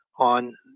on